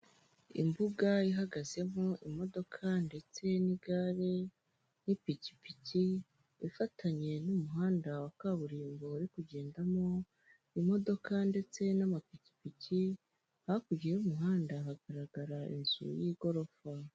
Imbuga ihagazemo imodoka ndetse n'igare n'ipikipiki ifatanye n'umuhanda wa kaburimbo, hari kugendamo imodoka ndetse n'amapikipiki, hakurya y'umuhanda hagaragara inzu y'igorofa.